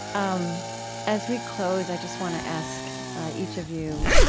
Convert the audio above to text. um as we close, i just want to ask each of you,